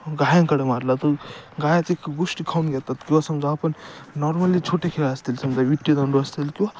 गायांकडं मारला तो गाई ती गोष्टी खाऊन घेतात किंवा समजा आपण नॉर्मली छोटे खेळ असतील समजा विटीदांडू असतील किंवा